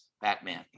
Batman